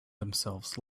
themselves